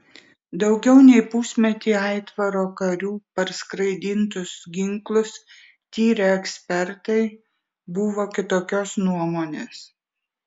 daugiau nei pusmetį aitvaro karių parskraidintus ginklus tyrę ekspertai buvo kitokios nuomonės